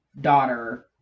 daughter